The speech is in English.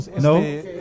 No